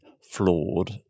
flawed